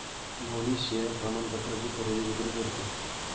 Mohnish share प्रमाणपत्राची खरेदी विक्री करतो